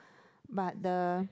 but the